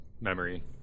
memory